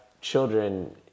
children